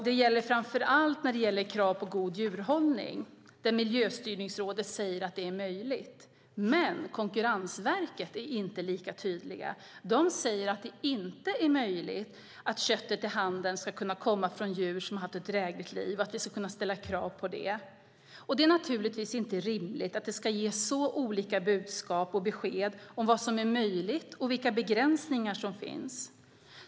Det gäller framför allt kraven på god djurhållning där Miljöstyrningsrådet säger att det är möjligt, men Konkurrensverket är inte lika tydligt. De säger att det inte är möjligt att köttet i handeln ska kunna komma från djur som har haft ett drägligt liv och att vi ska kunna ställa krav på det. Det är naturligtvis inte rimligt att det ska ges så olika besked om vad som är möjligt och vilka begränsningar som finns.